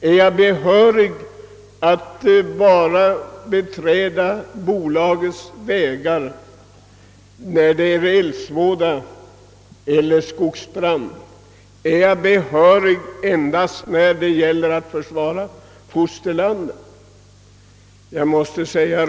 Är jag endast behörig att beträda bolagets vägar vid eldsvåda eller skogsbrand? är jag behörig att göra det endast när det gäller att försvara fosterlandet?